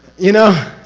you know?